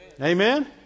Amen